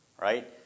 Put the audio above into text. right